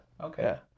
okay